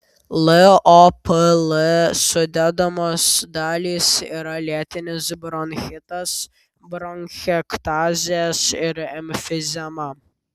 lopl sudedamos dalys yra lėtinis bronchitas bronchektazės ir emfizema